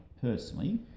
personally